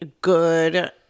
good